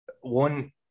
one